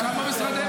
כמה משרדים